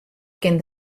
kin